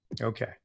Okay